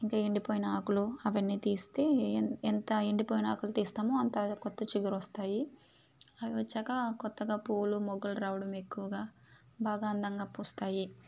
ఇంక ఎండిపోయిన ఆకులు అవన్నీ తీస్తే ఎంత ఎండిపోయిన ఆకులు తీస్తామో అంత కొత్త చిగురు వస్తాయి అవి వచ్చాక కొత్తగా పూలు మొగ్గలు రావడం ఎక్కువగా బాగా అందంగా పూస్తాయి